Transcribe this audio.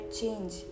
change